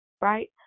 right